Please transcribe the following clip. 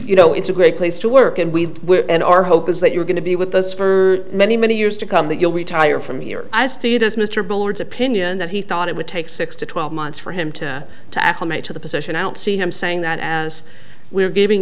you know it's a great place to work and we will and our hope is that you're going to be with us for many many years to come that you'll retire from here as stupid as mr bullard's opinion that he thought it would take six to twelve months for him to to f e m a to the position i don't see him saying that as we're giving